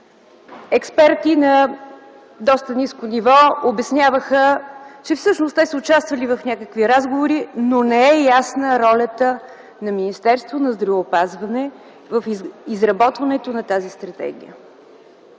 Експерти на доста ниско ниво обясняваха, че всъщност те са участвали в някакви разговори, но не е ясна ролята на Министерството на здравеопазването в изработването на тази стратегия.